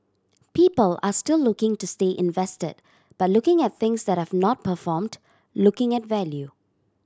people are still looking to stay invested but looking at things that have not performed looking at value